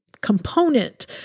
component